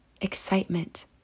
excitement